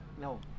no